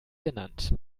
genannt